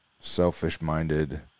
selfish-minded